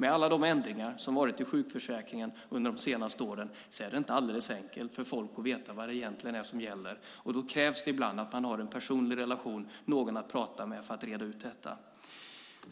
Med alla de ändringar som varit i sjukförsäkringen under de senaste åren är det inte alldeles enkelt för folk att veta vad det egentligen är som gäller - det ska gudarna veta. Det krävs ibland att man har en personlig relation och någon att prata med för att reda ut detta.